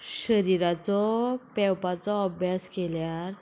शरिराचो पेंवपाचो अभ्यास केल्यार